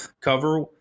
cover